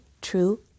true